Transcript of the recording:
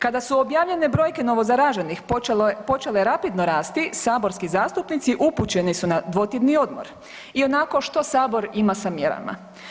Kada su objavljenje brojke novozaraženih počele rapidno rasti saborski zastupnici upućeni su na dvotjedni odmor i onako što Sabor ima sa mjerama.